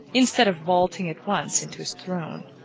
instead of vaulting at once into his throne.